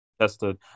Tested